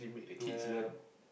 ya ya ya